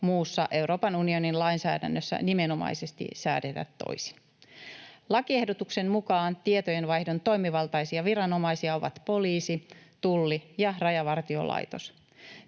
muussa Euroopan unionin lainsäädännössä nimenomaisesti säädetä toisin. Lakiehdotuksen mukaan tietojenvaihdon toimivaltaisia viranomaisia ovat poliisi, Tulli ja Rajavartiolaitos.